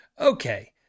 Okay